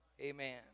Amen